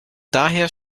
daher